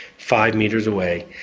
five metres away,